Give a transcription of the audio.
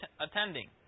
attending